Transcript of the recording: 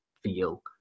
feel